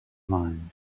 mind